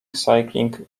cycling